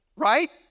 right